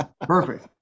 perfect